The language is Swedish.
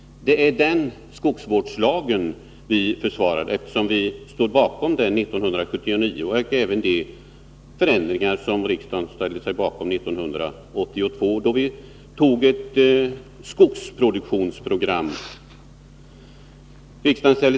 Det är den skogsvårdslagen vi försvarar, eftersom vi ställde oss bakom den 1979. Vi ställde oss även bakom de förändringar som riksdagen fattade beslut om våren 1982, då ett skogsproduktionsprogram antogs.